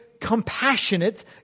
compassionate